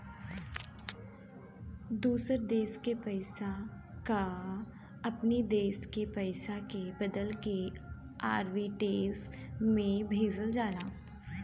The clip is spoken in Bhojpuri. दूसर देस के पईसा कअ अपनी देस के पईसा में बदलके आर्बिट्रेज से भेजल जाला